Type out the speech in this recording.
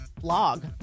blog